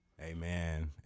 Amen